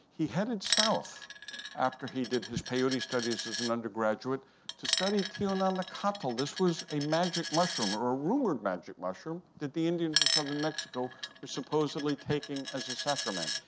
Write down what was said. he headed south after he did his peyote studies as an undergraduate to study teonanacatl. this was a magic mushroom, or a rumored magic mushroom that the indians of southern mexico were supposedly taking as a sacrament.